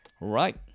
Right